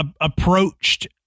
approached